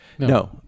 No